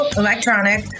electronic